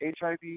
HIV